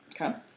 Okay